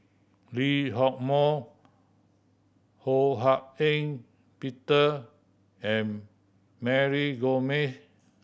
Lee Hock Moh Ho Hak Ean Peter and Mary Gomes